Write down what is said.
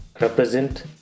represent